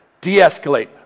de-escalate